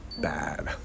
bad